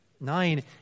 Nine